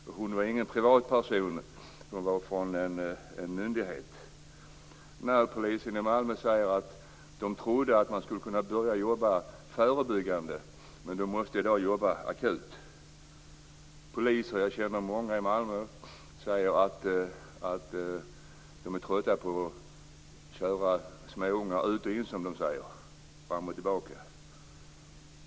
Hon uttalade sig inte som privatperson, utan hon var från en myndighet. Närpolisen i Malmö säger att man trott att man skulle kunna börja jobba förebyggande, men att man i dag måste jobba akut. Jag känner många poliser i Malmö och de säger att de är trötta på att köra småungar ut och in, fram och tillbaka.